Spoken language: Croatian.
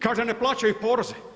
Kažu ne plaćaju poreze.